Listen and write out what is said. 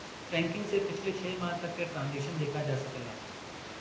net banking से पिछले छः महीने तक क ट्रांसैक्शन देखा जा सकला